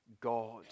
God